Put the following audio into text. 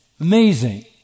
Amazing